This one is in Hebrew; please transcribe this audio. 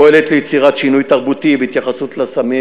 פועלת ליצירת שינוי תרבותי בהתייחסות לסמים